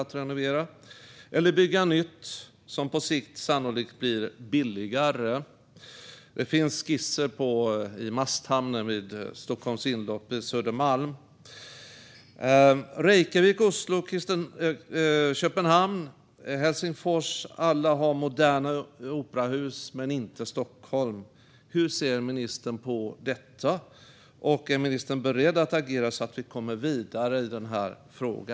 Det andra är att bygga nytt, vilket på sikt sannolikt blir billigare. Det finns skisser för ett operahus i Masthamnen på Södermalm, vid Stockholms inlopp. Reykjavik, Oslo, Köpenhamn och Helsingfors har alla moderna operahus men inte Stockholm. Hur ser ministern på detta? Är ministern beredd att agera så att vi kommer vidare i denna fråga?